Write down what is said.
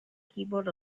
keyboard